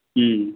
হুম